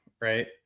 right